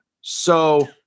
So-